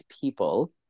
people